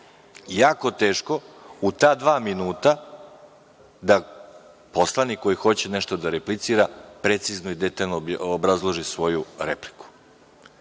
Jako je teško u ta dva minuta da poslanik koji hoće nešto da replicira precizno i detaljno obrazloži svoju repliku. Slažem